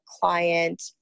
client